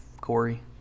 Corey